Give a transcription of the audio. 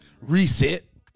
Reset